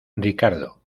ricardo